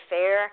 Fair